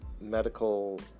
medical